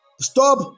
Stop